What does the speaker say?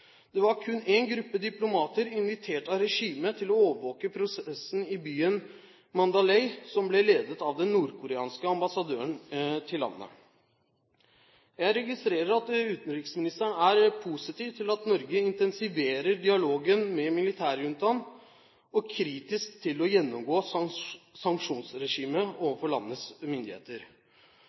Det var kun én gruppe diplomater invitert av regimet til å overvåke prosessen i byen Mandalay som ble ledet av den nordkoreanske ambassadøren til landet. Jeg registrerer at utenriksministeren er positiv til at Norge intensiverer dialogen med militærjuntaen og kritisk til å gjennomgå sanksjonsregimet overfor landets myndigheter.